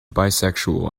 bisexual